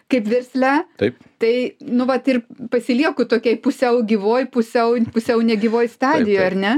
kaip versle taip tai nu vat ir pasilieku tokioj pusiau gyvoj pusiau pusiau negyvoj stadijoj ar ne